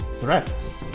Threats